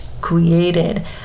created